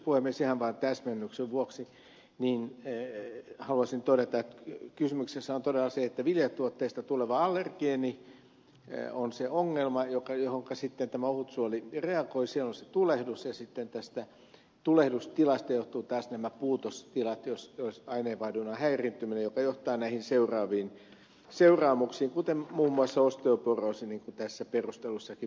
ihan vaan täsmennyksen vuoksi haluaisin todeta että kysymyksessä on todella se että viljatuotteista tuleva allergeeni on se ongelma johonka ohutsuoli reagoi se on se tulehdus ja sitten tästä tulehdustilasta johtuvat taas nämä puutostilat ja aineenvaihdunnan häiriintyminen joka johtaa näihin seuraamuksiin kuten muun muassa osteoporoosiin niin kuin perusteluissakin mainitaan